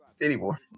anymore